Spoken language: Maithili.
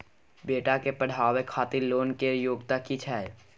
बेटा के पढाबै खातिर लोन के योग्यता कि छै